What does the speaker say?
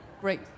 Great